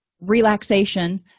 relaxation